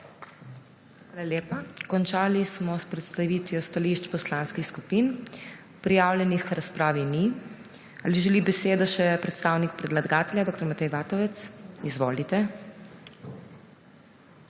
lepa. Končali smo s predstavitvijo stališč poslanskih skupin. Prijavljenih k razpravi ni. Ali želi besedo še predstavnik predlagatelja dr. Matej Vatovec? (Da.) Izvolite.